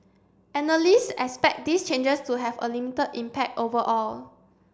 analyst expect these changes to have a limited impact overall